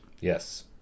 Yes